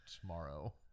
tomorrow